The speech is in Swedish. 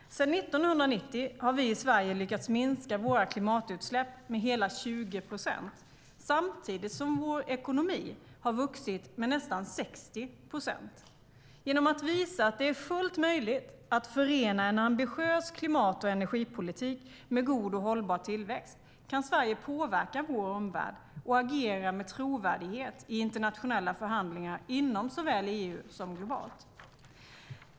Sedan 1990 har vi i Sverige lyckats minska våra klimatutsläpp med hela 20 procent, samtidigt som vår ekonomi har vuxit med nästan 60 procent. Genom att visa att det är fullt möjligt att förena en ambitiös klimat och energipolitik med god och hållbar tillväxt kan Sverige påverka vår omvärld och agera med trovärdighet i internationella förhandlingar inom såväl EU som globalt.